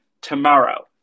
tomorrow